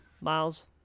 miles